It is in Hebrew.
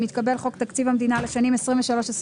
אם יתקבל חוק תקציב המדינה לשנים 2023 2024,